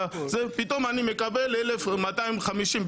פתאום אני מקבל 1,250,